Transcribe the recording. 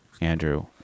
Andrew